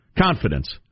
Confidence